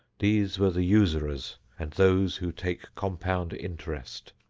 these were the usurers and those who take compound interest.